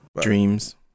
Dreams